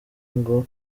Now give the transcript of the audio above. ngo